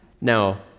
now